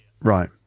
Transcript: right